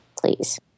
Please